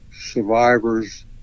survivors